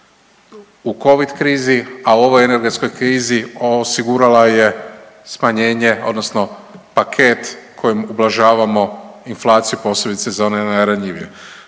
u covid krizi, a ovoj energetskoj krizi osigurala je smanjenje, odnosno paket kojim ublažavamo inflaciju posebno za one najranjivije.